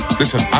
listen